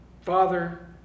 Father